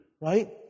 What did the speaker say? Right